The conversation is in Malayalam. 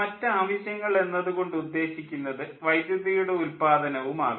മറ്റ് ആവശ്യങ്ങൾ എന്നത് കൊണ്ട് ഉദ്ദേശിക്കുന്നത് വൈദ്യുതിയുടെ ഉല്പാദനവും ആകാം